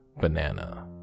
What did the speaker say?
banana